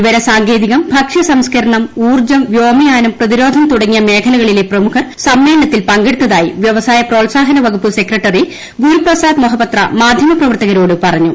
വിവരസാങ്കേതികം ഭക്ഷ്യസംസ്ക്രണം ഊർജ്ജം വ്യോമയാനം പ്രതിരോധം തുടങ്ങിയ മേഖലകളിലെ പ്രമുഖർ സമ്മേളനത്തിൽ പങ്കെടുത്തായി വ്യവസ്യായു സപ്രോത്സാഹന വകുപ്പ് സെക്രട്ടറി ഗുരുപ്രസാദ് മൊഹപിത്ര മാധ്യമ പ്രവർത്തകരോട് പറഞ്ഞു